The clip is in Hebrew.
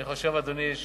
אני חושב, אדוני,